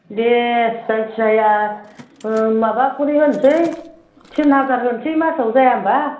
दे जायखिजाया ओ माबाखरि होनोसै तिन हाजार होनोसै मासआव जाया होमब्ला